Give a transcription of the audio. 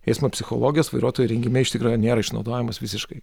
eismo psichologijos vairuotojų rengime iš tikro nėra išnaudojamos visiškai